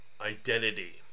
identity